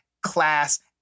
class